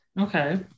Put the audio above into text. Okay